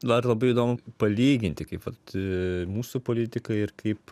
dar labai įdomu palyginti kaip vat mūsų politikai ir kaip